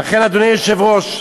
אדוני היושב-ראש,